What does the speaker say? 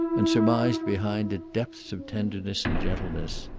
and surmised behind it depths of tenderness and gentleness.